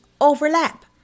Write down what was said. overlap